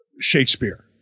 Shakespeare